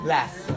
Last